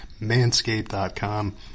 manscape.com